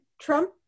trump